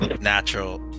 natural